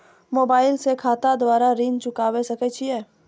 Mobile से खाता द्वारा ऋण चुकाबै सकय छियै?